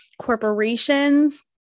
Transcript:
corporations